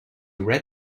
read